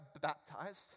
baptized